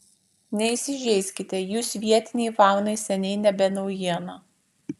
neįsižeiskite jūs vietinei faunai seniai nebe naujiena